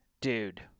dude